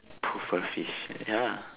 too furry ya